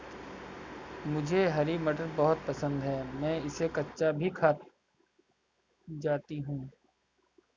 मुझे हरी मटर बहुत पसंद है मैं इसे कच्चा भी खा जाती हूं